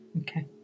okay